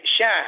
shine